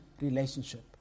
relationship